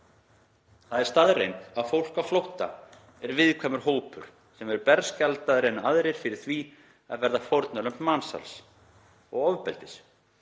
Það er staðreynd að fólk á flótta er viðkvæmur hópur sem er berskjaldaðri en aðrir fyrir því að verða fórnarlömb mansals og ofbeldis.